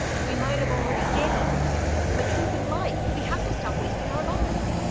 we might have already gained the truth and life. we have to stop wasting our lives!